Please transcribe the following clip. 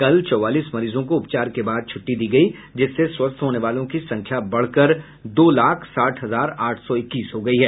कल चौवालीस मरीजों को उपचार के बाद छूट्टी दी गयी जिससे स्वस्थ होने वालों की संख्या बढ़कर दो लाख साठ हजार आठ सौ इक्कीस हो गयी है